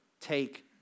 take